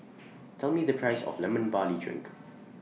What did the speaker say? Tell Me The Price of Lemon Barley Drink